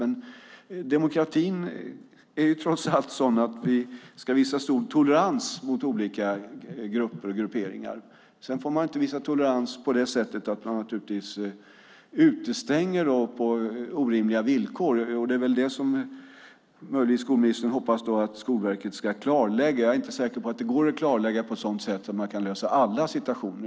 Men demokratin är trots allt sådan att vi ska visa stor tolerans mot olika grupper och grupperingar. Sedan får man inte visa tolerans på det sättet att man utestänger på orimliga villkor. Det är väl detta som skolministern hoppas att Skolverket ska klarlägga. Men jag är inte säker på att det går att klarlägga detta på ett sådant sätt att man kan lösa alla situationer.